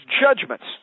judgments